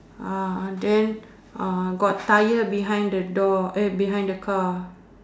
ah then ah got tyre behind the door eh behind the car